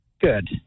good